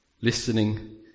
Listening